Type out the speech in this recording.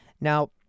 Now